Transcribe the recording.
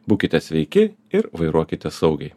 būkite sveiki ir vairuokite saugiai